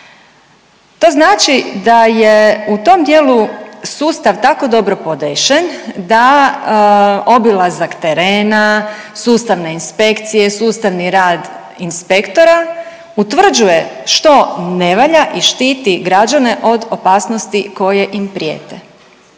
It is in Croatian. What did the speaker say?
To znači da je u tom dijelu sustav tako dobro podešen da obilazak terena, sustavne inspekcije, sustavni rad inspektora utvrđuje što ne valja i štiti građane od opasnosti koje im prijete.